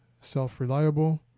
self-reliable